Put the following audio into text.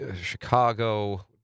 Chicago